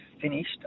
finished